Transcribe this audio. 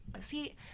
See